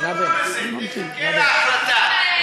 אם תתקבל החלטה, יפעת,